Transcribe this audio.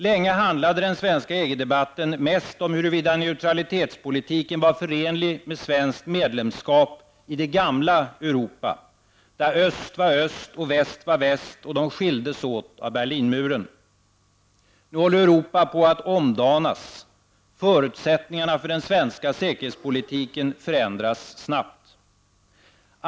Länge handlade den svenska EG-debatten mest om huruvida neutralitetspolitiken var förenlig med svenskt medlemskap i det gamla Europa, där öst var öst och väst var väst och Berlinmuren skilde dem åt. Nu håller Europa på att omdanas. Förutsättningarna för den svenska säkerhetspolitiken förändras snabbt.